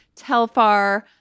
Telfar